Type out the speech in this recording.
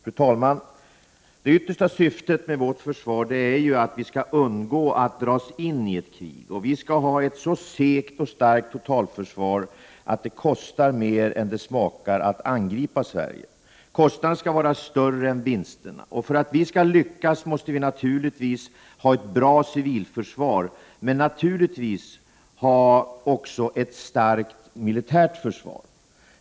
Fru talman! Det yttersta syftet med vårt försvar är att vi skall undgå att dras ini ett krig. Vi skall ha ett så segt och starkt totalförsvar att det kostar mer än det smakar att angripa Sverige. Kostnaderna skall vara större än vinsterna. För att vi skall lyckas måste vi naturligtvis ha ett bra civilförsvar men naturligtvis också ett starkt militärförsvar.